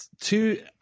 two